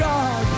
God